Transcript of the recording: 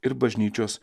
ir bažnyčios